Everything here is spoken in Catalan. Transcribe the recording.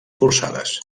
forçades